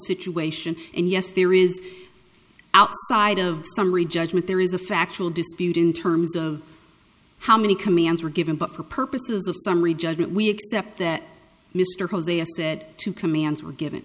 situation and yes there is outside of summary judgment there is a factual dispute in terms of how many commands were given but for purposes of summary judgment we accept that mr hosea said two commands were given